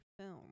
film